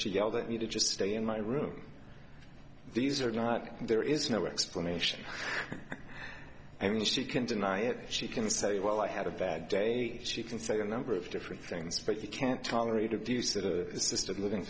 she yelled at me to just stay in my room these are not there is no explanation and she can deny it she can say well i had a bad day she can say a number of different things but you can't tolerate abuse the system living